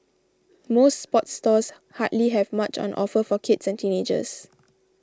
most sports stores hardly have much on offer for kids and teenagers